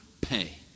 pay